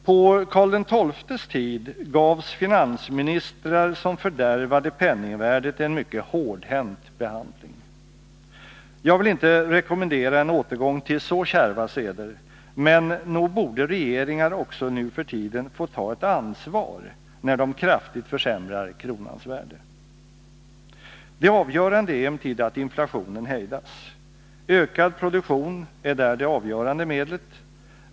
På Karl XII:s tid gavs finansministrar som fördärvade penningvärdet en mycket hårdhänt behandling. Jag vill inte rekommendera en återgång till så kärva seder, men nog borde regeringar också nu för tiden få ta ett ansvar, när de kraftigt försämrar kronans värde. Det avgörande är emellertid att inflationen hejdas. Ökad produktion är där det avgörande medlet.